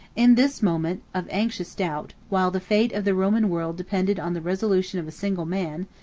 in this moment of anxious doubt, while the fate of the roman world depended on the resolution of a single man,